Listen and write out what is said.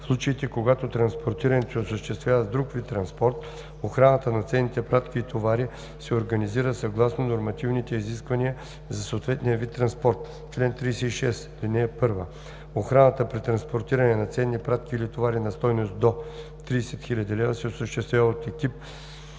В случаите, когато транспортирането се осъществява с друг вид транспорт, охраната на ценните пратки и товари се организира съгласно нормативните изисквания за съответния вид транспорт. Чл. 36. (1) Охраната при транспортиране на ценни пратки или товари на стойност до 30 000 лв. се осъществява от екип